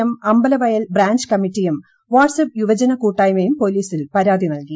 M Ambalavayal branch കമ്മിറ്റിയും WhatsApp യുവജന കൂട്ടായ്മയും പോലീസിൽ പരാതി നൽകി